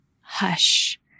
hush